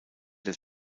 der